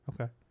Okay